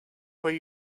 where